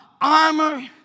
armor